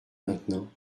maintenant